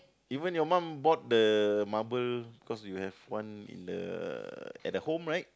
even your mum bought the marble because you have one in the at the home right